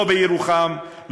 לא בירוחם,